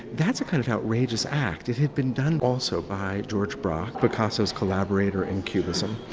that's a kind of outrageous act. it had been done also by george braque, picasso's collaborator in cubism.